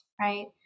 right